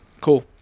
Cool